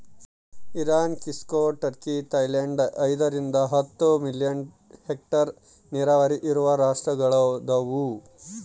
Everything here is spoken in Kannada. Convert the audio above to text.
ಇರಾನ್ ಕ್ಸಿಕೊ ಟರ್ಕಿ ಥೈಲ್ಯಾಂಡ್ ಐದರಿಂದ ಹತ್ತು ಮಿಲಿಯನ್ ಹೆಕ್ಟೇರ್ ನೀರಾವರಿ ಇರುವ ರಾಷ್ಟ್ರಗಳದವ